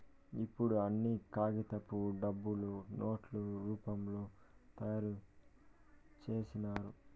ఇప్పుడు అన్ని కాగితపు డబ్బులు నోట్ల రూపంలో తయారు చేసినారు